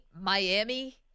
Miami